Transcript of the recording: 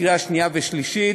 בקריאה שנייה ושלישית.